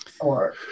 or-